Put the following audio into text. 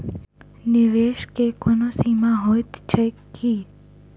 निवेश केँ कोनो सीमा होइत छैक की?